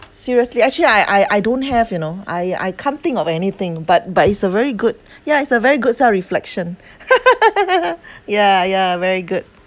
seriously actually I I I don't have you know I I can't think of anything but but it's a very good yeah it's a very good self-reflection ya ya very good